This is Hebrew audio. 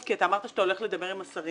כי אתה אמרת שאתה הולך לדבר עם השרים.